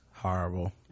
horrible